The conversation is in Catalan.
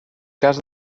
cas